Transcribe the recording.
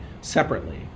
separately